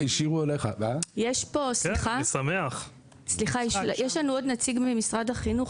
יש לנו עוד נציג ממשרד החינוך,